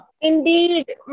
Indeed